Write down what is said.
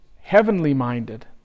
heavenly-minded